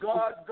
God